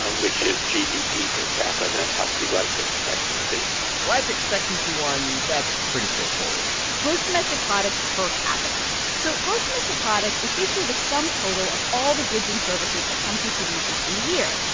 ah which is gdp per capita and healthy life expectancy the life expectancy one that's pretty straightforward gross domestic product per capita so gross domestic product is basically the sum total of all the goods and services a country produces in a year.